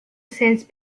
cells